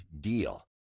DEAL